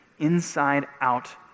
inside-out